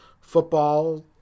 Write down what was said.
football